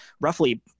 roughly